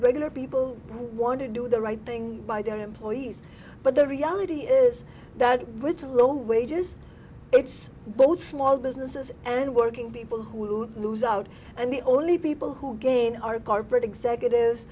regular people who want to do the right thing by their employees but the reality is that with the low wages it's both small businesses and working people who lose out and the only people who gain are corporate executives